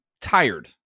tired